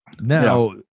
Now